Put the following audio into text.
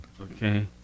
Okay